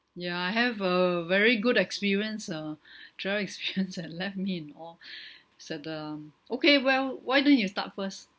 ya I have a very good experience uh travel experience that left me in awe is that um okay well why don't you start first